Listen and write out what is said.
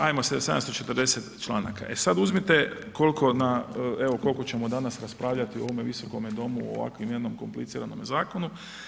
Ajmo 740 članaka, e sad uzmite kolko na, evo koliko ćemo danas raspravljati u ovome visokome domu o ovakvoj jednom kompliciranom zakonu.